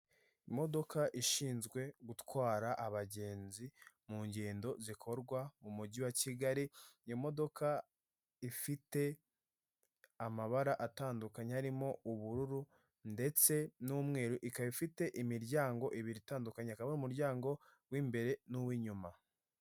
Imodoka ishinzwe gutwara abagenzi mu ngendo zikorwa mu mujyi wa Kigali, iyo modoka ifite amabara atandukanye arimo ubururu ndetse n'umweru. Ikaba ifite imiryango ibiri itandukanye, akaba ari umuryango w'imbere nuw'inyuma.